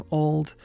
old